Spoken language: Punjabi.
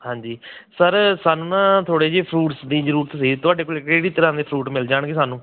ਹਾਂਜੀ ਸਰ ਸਾਨੂੰ ਨਾ ਥੋੜ੍ਹੇ ਜਿਹੇ ਫਰੂਟਸ ਦੀ ਜ਼ਰੂਰਤ ਸੀ ਤੁਹਾਡੇ ਕੋਲ ਕਿਹੜੀ ਤਰ੍ਹਾਂ ਦੇ ਫਰੂਟ ਮਿਲ ਜਾਣਗੇ ਸਾਨੂੰ